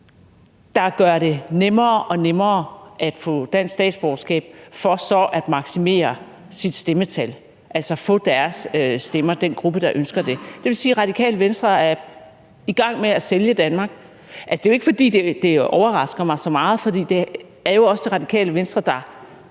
der gør det nemmere og nemmere at få dansk statsborgerskab, for så at maksimere sit stemmetal – altså få deres stemmer; den gruppe, der ønsker det. Det vil sige, at Radikale Venstre er i gang med at sælge Danmark. Altså, det er ikke, fordi det overrasker mig så meget, for det er jo også Det Radikale Venstre, der